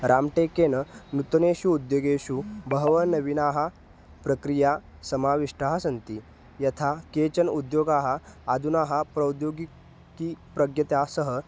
राम्टेकेण नूतनेषु उद्योगेषु बहवः नवीनाः प्रक्रियाः समाविष्टाः सन्ति यथा केचन उद्योगाः अधुना प्रौद्योगिकीप्रज्ञता सह